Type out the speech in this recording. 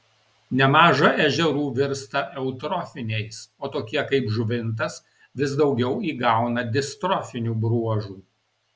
nemaža ežerų virsta eutrofiniais o tokie kaip žuvintas vis daugiau įgauna distrofinių bruožų